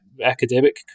academic